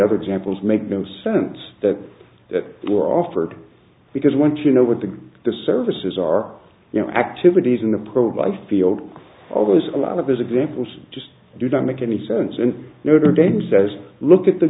other examples make no sense that were offered because once you know what the the services are you know activities in the program field all those a lot of those examples just do not make any sense and notre dame says look at the